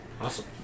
Awesome